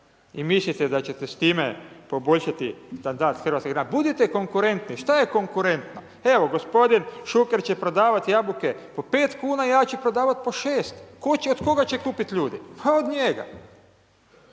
I mislite da ćete s time poboljšati standard hrvatskih građana. Budite konkurenti. Šta je konkretno? Gospodin Šuker će prodavati jabuke po 5 kn, ja ću prodavati po 6. Od kuga će kupiti ljudi? Pa od njega.